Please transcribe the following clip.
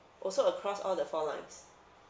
also across all the four lines